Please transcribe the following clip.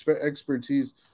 expertise